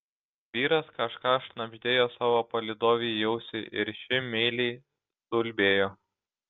vyras kažką šnabždėjo savo palydovei į ausį ir ši meiliai suulbėjo